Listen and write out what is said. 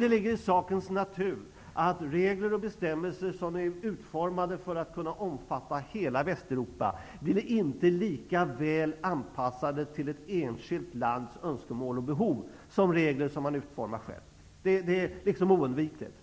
Det ligger i sakens natur att regler och bestämmelser som är utformade för att kunna omfatta hela Västeuropa inte blir lika väl anpassade till ett enskilt lands önskemål och behov som regler som man utformar själv. Det är oundvikligt.